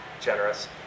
generous